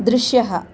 दृश्यः